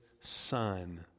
Son